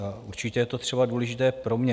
A určitě je to třeba důležité pro mě.